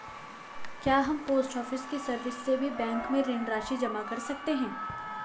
क्या हम post office की सर्विस से भी बैंक में ऋण राशि जमा कर सकते हैं?